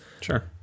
Sure